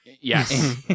Yes